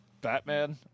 Batman